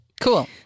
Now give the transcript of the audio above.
cool